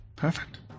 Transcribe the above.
Perfect